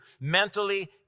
mentally